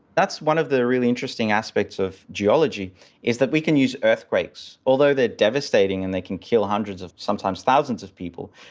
that's one of the really interesting aspects of geology is that we can use earthquakes. although they are devastating and they can kill hundreds and sometimes thousands of people,